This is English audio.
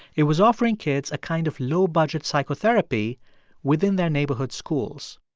it was offering kids a kind of low-budget psychotherapy within their neighborhood schools.